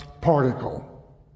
particle